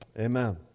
Amen